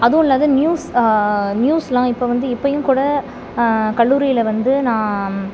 அதுவும் இல்லாத நியூஸ் நியூஸ்லாம் இப்போ வந்து இப்போயும் கூட கல்லூரியில் வந்து நான்